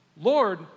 Lord